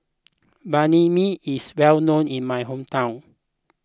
Banh Mi is well known in my hometown